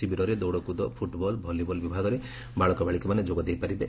ଶିବିରରେ ଦୌଡ଼କୁଦ football volleyball ବିଭାଗରେ ବାଳକବାଳିକାମାନେ ଯୋଗଦେଇପାରିବେ